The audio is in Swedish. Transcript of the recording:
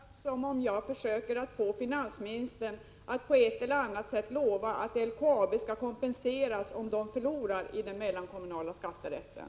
Fru talman! Nej, det skall tolkas så att jag försöker få finansministern att på ett eller annat sätt lova att LKAB skall kompenseras om företaget förlorar i den mellankommunala skatterätten.